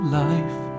life